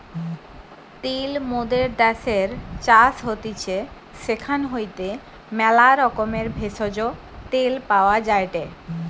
তিল মোদের দ্যাশের চাষ হতিছে সেখান হইতে ম্যালা রকমের ভেষজ, তেল পাওয়া যায়টে